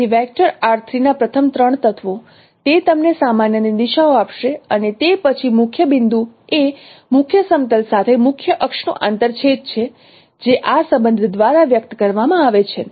તેથી વેક્ટર ના પ્રથમ ત્રણ તત્વો તે તમને સામાન્યની દિશાઓ આપશે અને તે પછી મુખ્ય બિંદુ એ મુખ્ય સમતલ સાથે મુખ્ય અક્ષનું આંતરછેદ છે જે આ સંબંધ દ્વારા વ્યક્ત કરવામાં આવે છે